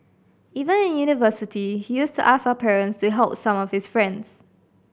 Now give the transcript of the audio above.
even in university he used to ask our parents to help some of his friends